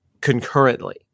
concurrently